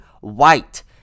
White